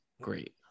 great